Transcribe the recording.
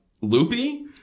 loopy